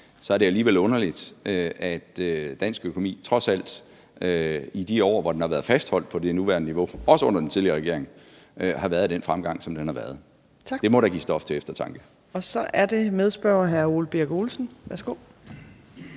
så er det alligevel underligt, at der i dansk økonomi i de år, hvor den har været fastholdt på det niveau, også under den tidligere regering, trods alt har været den fremgang, som der har været. Det må da give stof til eftertanke. Kl. 15:44 Fjerde næstformand (Trine